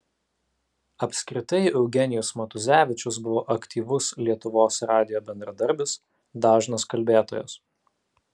apskritai eugenijus matuzevičius buvo aktyvus lietuvos radijo bendradarbis dažnas kalbėtojas